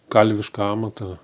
kalvišką amatą